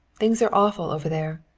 things are awful over there.